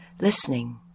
listening